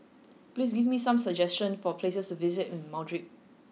please give me some suggestions for places to visit in Madrid